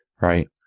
right